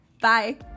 Bye